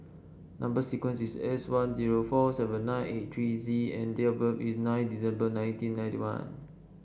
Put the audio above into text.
number sequence is S one zero four seven nine eight three Z and date of birth is nine December nineteen ninety one